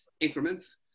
increments